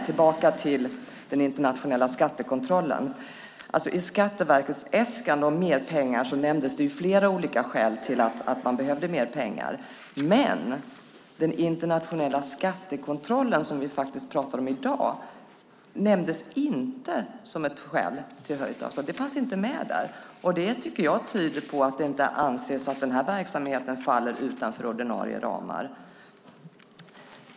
Tillbaka till den internationella skattekontrollen. I Skatteverkets äskande om mer pengar nämndes flera olika skäl till att man behövde mer pengar, men den internationella skattekontrollen, som vi faktiskt pratar om i dag, nämndes inte som ett skäl. Det fanns inte med. Det tycker jag tyder på att det inte anses att den här verksamheten faller utanför ordinarie ramar.